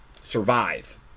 survive